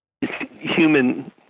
human